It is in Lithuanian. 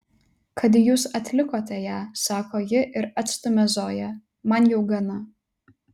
kad jūs atlikote ją sako ji ir atstumia zoją man jau gana